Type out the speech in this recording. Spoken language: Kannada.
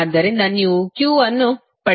ಆದ್ದರಿಂದ ನೀವು Q ಅನ್ನು ಪಡೆಯುತ್ತೀರಿ